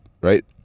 right